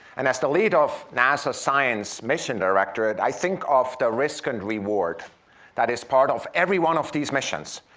and as the leader of nasa science mission directorate, i think of the risk and reward that is part of every one of these missions.